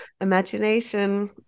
imagination